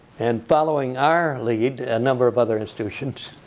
and following our lead, a number of other institutions